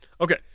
Okay